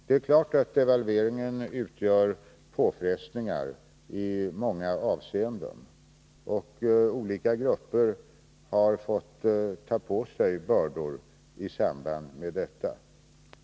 Det är klart att devalveringen medför påfrestningar i många avseenden, och olika grupper har fått ta på sig bördor i samband med den.